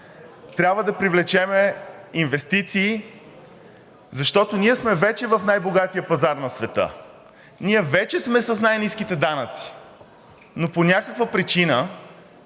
Трябва да привлечем инвестиции, защото ние вече сме в най-богатия пазар на света. Ние вече сме с най-ниските данъци. Но по някаква причина,